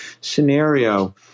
scenario